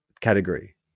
category